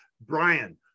Brian